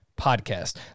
podcast